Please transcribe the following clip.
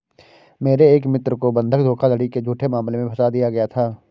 मेरे एक मित्र को बंधक धोखाधड़ी के झूठे मामले में फसा दिया गया था